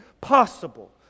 possible